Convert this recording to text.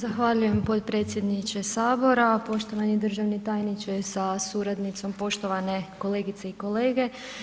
Zahvaljujem potpredsjedniče HS, poštovani državni tajniče sa suradnicom, poštovane kolegice i kolege.